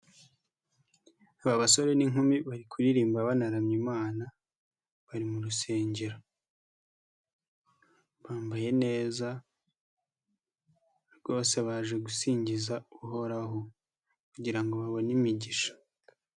Aba basore n'inkumi bari kuririmba banaramya Imana bari mu rusengero, bambaye neza rwose baje gusingiza uhoraho kugira ngo babone imigisha.